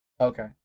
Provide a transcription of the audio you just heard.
Okay